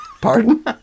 Pardon